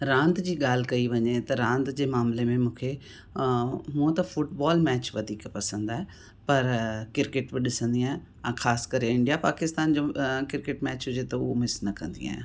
रांदि जी ॻाल्हि कई वञे त रांदि जे मामिले में मूंखे हूंअं त फुटबॉल मैच वधीक पसंदि आहे पर क्रिकेट बि ॾिसंदी आहियां ऐं ख़ासि करे इंडिया पाकिस्तान जो क्रिकेट मैच हुजे त उहो मिस न कंदी आहियां